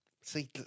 See